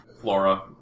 flora